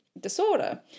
disorder